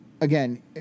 Again